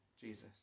Jesus